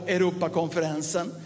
Europakonferensen